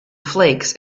flakes